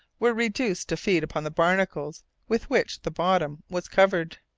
were reduced to feed upon the barnacles with which the bottom was covered,